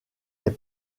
est